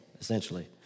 essentially